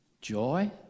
Joy